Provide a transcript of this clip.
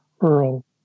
Earl